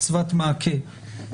מצוות מעקה,